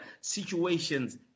situations